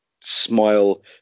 smile